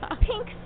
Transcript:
pink